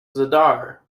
zadar